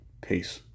Peace